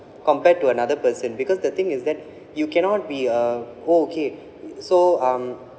compared to another person because the thing is that you cannot be a okay so um